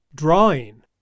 drawing